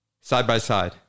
Side-by-side